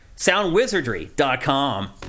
SoundWizardry.com